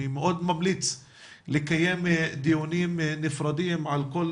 אני ממליץ מאוד לקיים דיונים נפרדים על כל